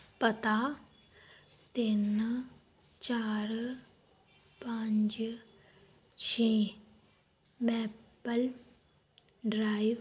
ਪਤਾ ਤਿੰਨ ਚਾਰ ਪੰਜ ਛੇ ਮੈਪਲ ਡਰਾਈਵ